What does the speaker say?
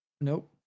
nope